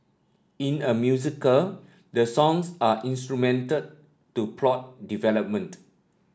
in a musical the songs are instrumental to plot development